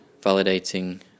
validating